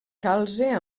calze